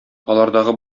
алардагы